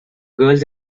girls